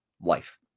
life